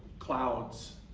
clouds.